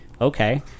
okay